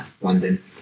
London